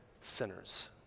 sinners